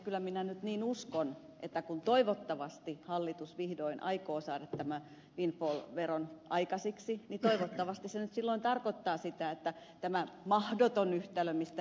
kyllä minä nyt niin uskon että kun hallitus toivottavasti vihdoin aikoo saada tämän windfall veron aikaiseksi niin toivottavasti se nyt silloin tarkoittaa sitä että tämä mahdoton yhtälö mistä ed